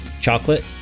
chocolate